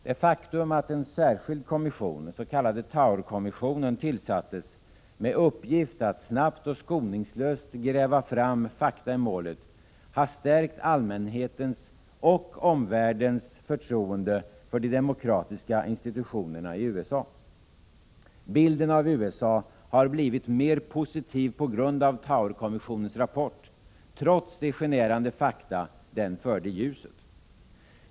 Det faktum att en särskild kommission — den s.k. Towerkommissionen — tillsattes med uppgift att snabbt och skoningslöst gräva fram fakta i målet, har stärkt allmänhetens och omvärldens förtroende för de demokratiska institutionerna i USA. Bilden av USA har blivit mer positiv på grund av Towerkommissionens rapport — trots de generande fakta den förde i ljuset.